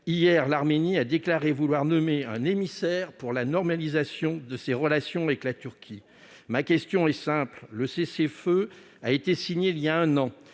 Hier, l'Arménie a déclaré vouloir nommer un émissaire pour la normalisation de ses relations avec la Turquie. Ma question est simple, monsieur le ministre. Un cessez-le-feu a été signé il y a un an